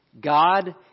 God